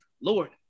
Lord